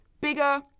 bigger